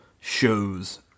shows